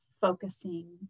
focusing